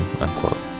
unquote